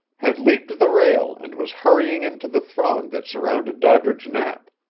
had leaped the rail and was hurrying into the throng that surrounded doddridge knapp.